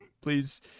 Please